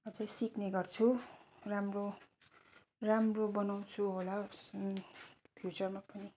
अझै सिक्ने गर्छु राम्रो राम्रो बनाउँछु होला फ्युचरमा पनि